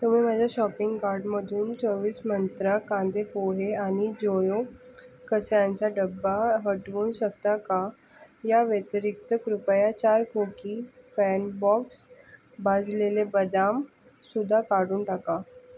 तुम्ही माझ्या शॉपिंग कार्टमधून चोवीस मंत्रा कांदे पोहे आणि जोयो कचऱ्यांचा डबा हटवू शकता का याव्यतिरिक्त कृपया चार खोकी फॅनबॉक्स भाजलेले बदामसुद्धा काढून टाका